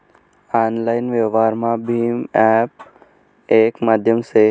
online व्यवहारमा भीम app येक माध्यम से